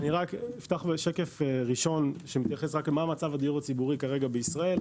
אני אפתח שקף ראשון שמתייחס למצב הדיור הציבורי בישראל